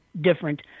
different